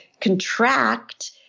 contract